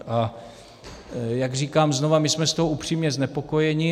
A jak říkám znova, my jsme z toho upřímně znepokojeni.